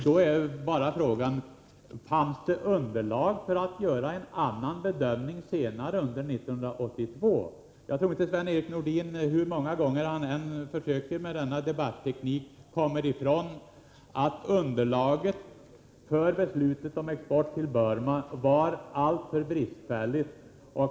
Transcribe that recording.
Då är frågan bara: Fanns det underlag för att göra en annan bedömning senare under 1982? Jag tror inte att Sven-Erik Nordin, hur många gånger han än försöker med denna debatteknik, kommer ifrån att underlaget för beslutet om export till Burma var alltför bristfälligt.